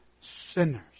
sinners